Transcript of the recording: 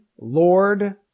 Lord